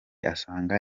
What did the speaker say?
asanga